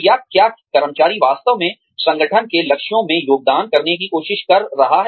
या क्या कर्मचारी वास्तव में संगठन के लक्ष्यों में योगदान करने की कोशिश कर रहा है